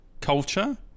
culture